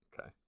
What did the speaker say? Okay